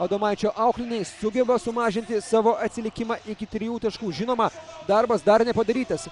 adomaičio auklėtiniai sugeba sumažinti savo atsilikimą iki trijų taškų žinoma darbas dar nepadarytas